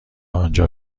آنجا